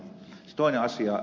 toinen asia